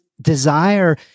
desire